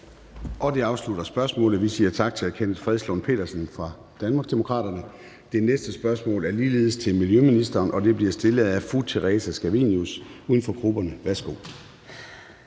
Det afslutter spørgsmålet. Vi siger tak til hr. Kenneth Fredslund Petersen fra Danmarksdemokraterne. Det næste spørgsmål er ligeledes til miljøministeren, og det bliver stillet af fru Theresa Scavenius, uden for grupperne. Kl.